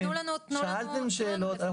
שאלתם שאלות,